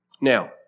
Now